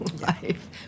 life